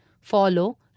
follow